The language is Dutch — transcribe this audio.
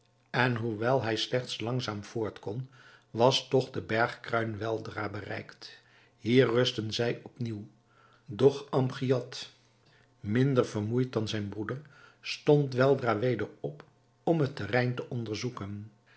en hoewel hij slechts langzaam voort kon was toch de bergkruin weldra bereikt hier rustten zij op nieuw doch amgiad minder vermoeid dan zijn broeder stond weldra weder op om het terrein te onderzoeken